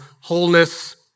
wholeness